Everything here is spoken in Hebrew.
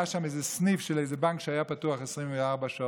היה שם איזה סניף של איזה בנק שהיה פתוח 24 שעות.